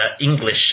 English